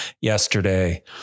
yesterday